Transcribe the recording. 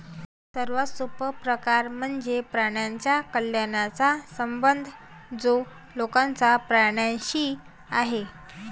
सर्वात सोपा प्रकार म्हणजे प्राण्यांच्या कल्याणाचा संबंध जो लोकांचा प्राण्यांशी आहे